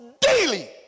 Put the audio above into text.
daily